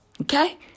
Okay